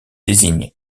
désigne